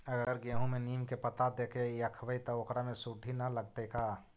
अगर गेहूं में नीम के पता देके यखबै त ओकरा में सुढि न लगतै का?